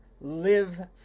Live